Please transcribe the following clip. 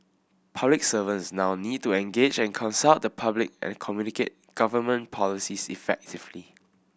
public servants now need to engage and consult the public and communicate government policies effectively